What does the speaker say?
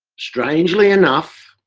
strangely enough,